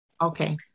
Okay